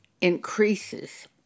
increases